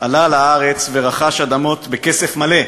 עלה לארץ ורכש אדמות בכסף מלא,